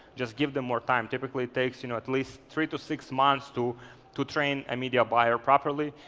just give them more time. typically it takes you know at least three to six months to to train a media buyer properly.